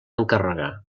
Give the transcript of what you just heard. encarregar